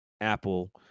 Apple